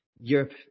Europe